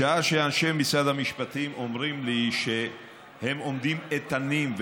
בשעה שאנשי משרד המשפטים אומרים לי שהם עומדים איתנים,